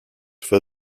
for